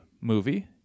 movie